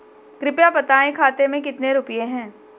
कृपया बताएं खाते में कितने रुपए हैं?